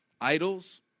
Idols